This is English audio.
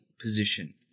position